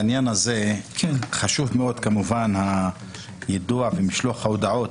בעניין הזה חשוב מאוד כמובן היידוע ומשלוח ההודעות,